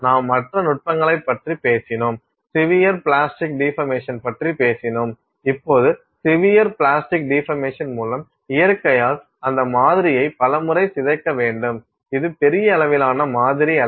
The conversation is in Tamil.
நாம் மற்ற நுட்பங்களைப் பற்றி பேசினோம் சிவியர் பிளாஸ்டிக் டிபர்மேசன் பற்றி பேசினோம் இப்போது சிவியர் பிளாஸ்டிக் டிபர்மேசன் மூலம் இயற்கையால் அந்த மாதிரியை பல முறை சிதைக்க வேண்டும் இது பெரிய அளவிலான மாதிரி அல்ல